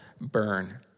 burn